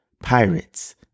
Pirates